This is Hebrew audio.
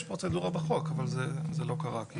יש פרוצדורה בחוק, אבל זה לא קרה.